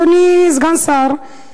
אדוני סגן השר,